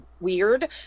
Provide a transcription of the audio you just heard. weird